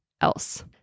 else